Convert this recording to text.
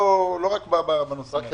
לא רק בנושאים האלה.